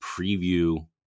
preview